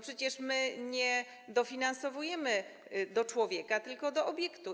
Przecież my nie dofinansowujemy do człowieka, tylko do obiektu.